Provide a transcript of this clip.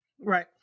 right